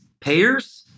payers